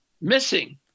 missing